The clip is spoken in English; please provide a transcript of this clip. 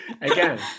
Again